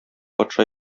патша